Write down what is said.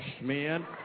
man